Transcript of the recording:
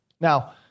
Now